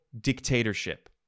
dictatorship